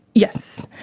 yes,